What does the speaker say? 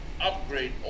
upgrade